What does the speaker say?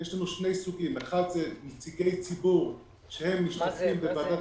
יש לנו שני סוגים כאשר סוג אחד הוא נציגי ציבור שהם משתתפים בוועדת